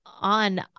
on